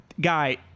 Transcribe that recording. Guy